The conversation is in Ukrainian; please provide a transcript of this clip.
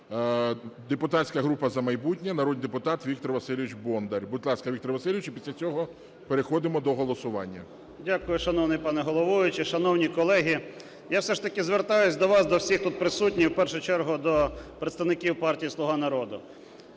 Депутатська група "За майбутнє", народний депутат Віктор Васильович Бондар. Будь ласка, Віктор Васильович. Після цього переходимо до голосування. 17:32:58 БОНДАР В.В. Дякую, шановний пане Головуючий. Шановні колеги, я все ж таки звертаюся до вас, до всіх тут присутніх, в першу чергу, до представників партії "Слуга народу".